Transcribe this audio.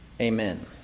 Amen